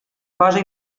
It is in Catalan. cosa